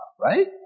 right